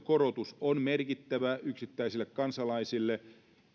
korotus on merkittävä yksittäisille kansalaisille